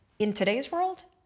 in today's world